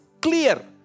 clear